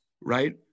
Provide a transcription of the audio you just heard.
right